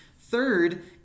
Third